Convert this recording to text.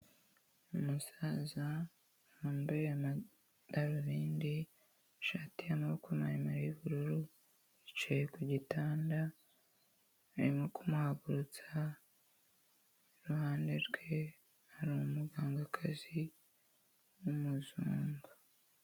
Umusaza wambaye amadarubindi, ishati y'amaboko mamemare y'ubururu, yicaye ku gitanda barimo kumuhagurutsa, iruhande rwe hari umugangakazi w'umuzungu.